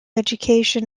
education